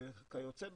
וכיוצא בזה,